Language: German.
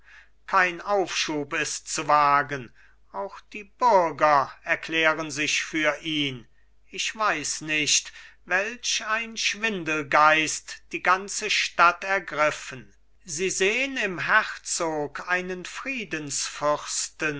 kein aufschub ist zu wagen auch die bürger erklären sich für ihn ich weiß nicht welch ein schwindelgeist die ganze stadt ergriffen sie sehn im herzog einen